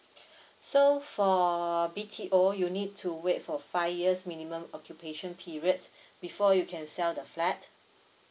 so for B_T_O you need to wait for five years minimum occupation periods before you can sell the flat